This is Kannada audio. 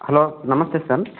ಹಲೋ ನಮಸ್ತೆ ಸನ್